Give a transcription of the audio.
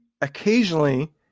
occasionally